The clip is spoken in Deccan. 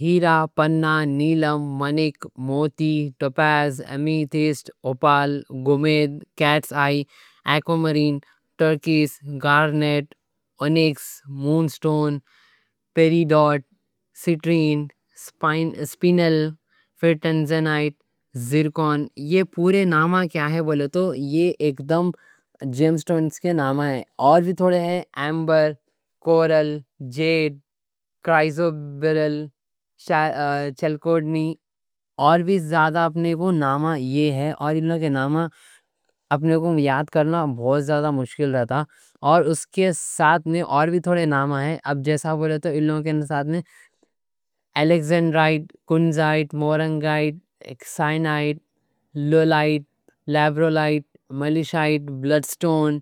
ہیرا، پنا، نیلم، مانک، موتی، ٹوپاز، امیتھسٹ، اوپال، گومید، کیٹس آئی، اکوامرین، ٹرکیس، گارنیٹ، اونکس، مون سٹون، پیریڈاٹ، سیٹرین، سپنل، پھر ٹنزنائٹ، زرکون۔ پورے نامہ کیا ہے بولے تو یہ اکدم جیم سٹونز کے نامہ ہیں۔ اور بھی تھوڑے ہیں ایمبر، کورل، جیڈ، کرائزو بیرل، چلکوڈنی، اور بھی زیادہ اپنے کو نامہ یہ ہے۔ اور ان لوگ کے نامہ اپنے کو یاد کرنا بہت زیادہ مشکل رہتا۔ اور اس کے ساتھ میں اور بھی تھوڑے نامہ ہیں۔ اب جیسا بولے تو ان لوگ کے ساتھ میں الیکزنڈرائٹ، کنزائٹ، مورنگائٹ۔ ایکسائنائٹ، لولائٹ، لیبرولائٹ، ملشائٹ، بلڈ سٹون،